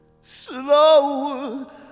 Slower